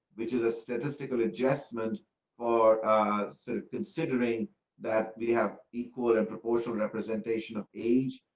which is a statistical adjustment for sort of considering that we have equal and proportional representation of age,